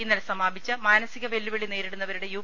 ഇന്നലെ സമാപിച്ച മാനസിക വെല്ലുവിളി നേരിടുന്നവരുടെ യു